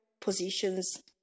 positions